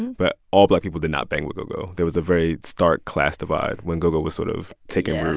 but all black people did not bang with go-go. there was a very stark class divide when go-go was sort of taking root